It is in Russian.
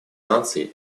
наций